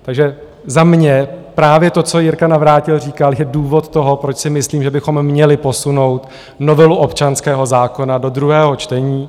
Takže za mě, právě to, co Jirka Navrátil říkal, je důvod toho, proč si myslím, že bychom měli posunout novelu občanského zákona do druhého čtení.